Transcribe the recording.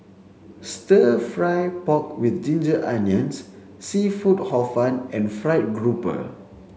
stir fry pork with ginger onions seafood hor fun and fried grouper